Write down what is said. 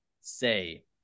say